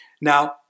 Now